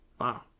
Wow